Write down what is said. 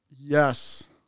Yes